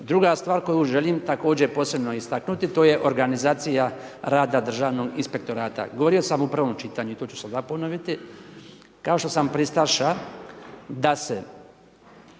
Druga stvar koju želim također posebno istaknuti to je organizacija rada Državnog inspektorata. Govorio sam u prvom čitanju i to ću sada ponoviti, kao što sam pristaša da se